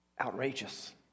outrageous